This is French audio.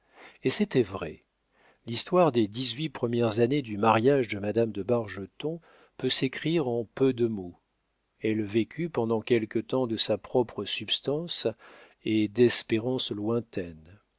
et c'était vrai l'histoire des dix-huit premières années du mariage de madame de bargeton peut s'écrire en peu de mots elle vécut pendant quelque temps de sa propre substance et d'espérances lointaines